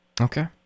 Okay